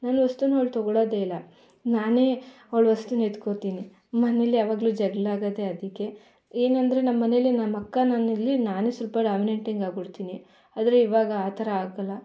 ನನ್ನ ವಸ್ತುನೂ ಅವ್ಳು ತಗೊಳ್ಳೋದೆಯಿಲ್ಲ ನಾನೇ ಅವ್ಳ ವಸ್ತುನ ಎತ್ಕೊಳ್ತೀನಿ ಮನೆಯಲ್ಲಿ ಯಾವಾಗ್ಲೂ ಜಗಳ ಆಗೊದೇ ಅದಕ್ಕೆ ಏನೆಂದರೆ ನಮ್ಮನೆಲಿ ನಮ್ಮಕ್ಕ ನಾನಿರಲಿ ನಾನೇ ಸ್ವಲ್ಪ ಡಾಮಿನೆಂಟಿಂಗ್ ಆಗ್ಬಿಡ್ತೀನಿ ಆದರೆ ಈವಾಗ ಆ ಥರ ಆಗೋಲ್ಲ